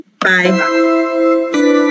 Bye